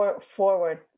forward